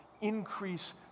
increase